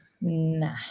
Nah